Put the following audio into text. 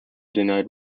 denied